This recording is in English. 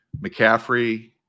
McCaffrey